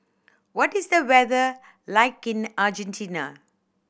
what is the weather like in Argentina